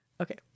Okay